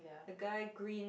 the guy green